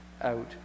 out